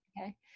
Okay